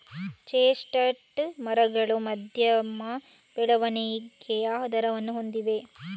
chestnut ಮರಗಳು ಮಧ್ಯಮ ಬೆಳವಣಿಗೆಯ ದರವನ್ನು ಹೊಂದಿವೆ